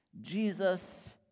Jesus